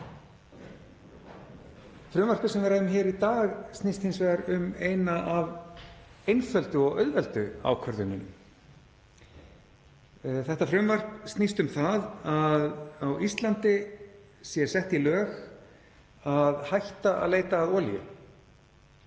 Frumvarpið sem við ræðum hér í dag snýst hins vegar um eina af einföldu og auðveldu ákvörðununum. Þetta frumvarp snýst um það að á Íslandi sé sett í lög að hætta að leita að olíu.